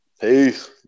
Peace